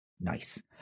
Nice